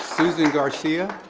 suzie garcia.